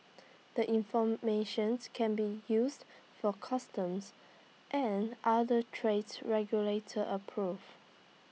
the informations can be used for customs and other trade regulator approve